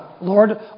Lord